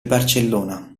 barcellona